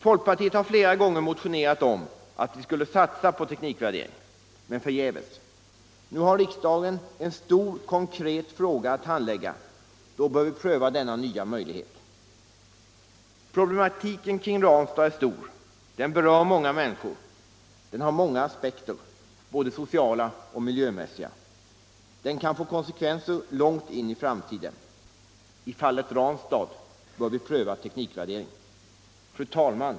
Folkpartiet har flera gånger motionerat om att vi skulle satsa på teknikvärdering — men förgäves. Nu har riksdagen en stor konkret fråga att handlägga. Då bör vi pröva denna nya möjlighet. Problematiken kring Ranstad är stor. Den berör många människor. Den har många aspekter, både sociala och miljömässiga. Den kan få konsekvenser långt in i framtiden. I fallet Ranstad bör vi pröva teknikvärdering. Fru talman!